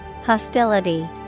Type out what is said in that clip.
Hostility